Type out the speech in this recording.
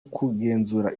kugenzura